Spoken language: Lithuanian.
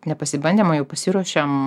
ne pasibandėm o jau pasiruošėm